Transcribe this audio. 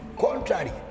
contrary